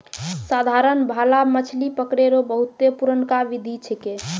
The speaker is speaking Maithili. साधारण भाला मछली पकड़ै रो बहुते पुरनका बिधि छिकै